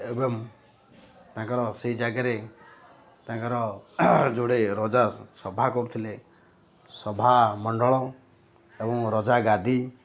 ଏବଂ ତାଙ୍କର ସେଇ ଜାଗାରେ ତାଙ୍କର ଯେଉଁଠି ରଜା ସଭା କରୁଥିଲେ ସଭା ମଣ୍ଡଳ ଏବଂ ରଜା ଗାଦି